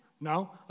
No